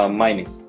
mining